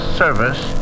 service